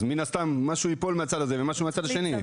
אז מן הסתם משהו ייפול מהצד הזה ומשהו מהצד השני.